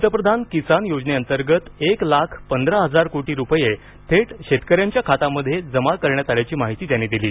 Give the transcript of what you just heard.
पंतप्रधान किसान योजनेअंतर्गत एक लाख पंधरा हजार कोटी रुपये थेट शेतकऱ्यांच्या खात्यामध्ये जमा करण्यात आल्याची माहिती त्यांनी दिली